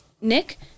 nick